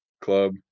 club